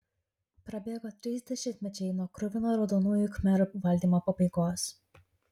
prabėgo trys dešimtmečiai nuo kruvino raudonųjų khmerų valdymo pabaigos